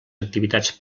activitats